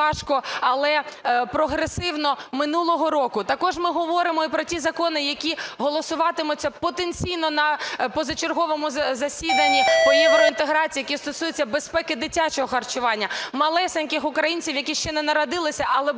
важко, але прогресивно минулого року. Також ми говоримо і про ті закони, які голосуватимуться потенційно на позачерговому засіданні по євроінтеграції, які стосуються безпеки дитячого харчування, малесеньких українців, які ще не народилися, але